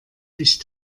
dich